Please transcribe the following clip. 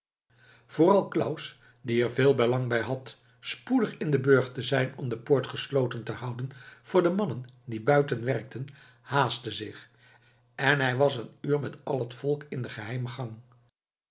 vooral claus die er veel belang bij had spoedig in den burcht te zijn om de poort gesloten te houden voor de mannen die buiten werkten haastte zich en hij was een uur met al het volk in de geheime gang